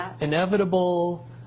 inevitable